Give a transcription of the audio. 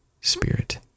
spirit